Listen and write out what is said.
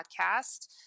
podcast